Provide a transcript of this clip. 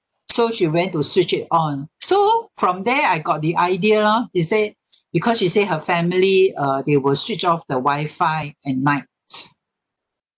so she went to switch it on so from there I got the idea lah she said because she say her family uh they will switch off the wifi at night